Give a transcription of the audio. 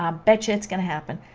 ah bet ya it's going to happen.